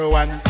one